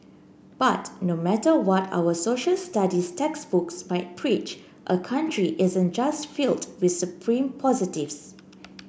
but no matter what our Social Studies textbooks might preach a country isn't just filled with supreme positives